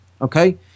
okay